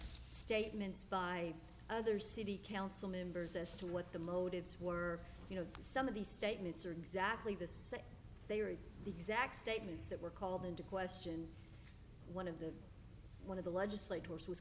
statements by other city council members as to what the motives were you know some of these statements are exactly the same they are the exact statements that were called into question one of the one of the legislator